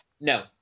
No